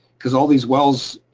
cause all these wells,